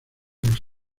los